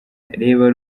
reba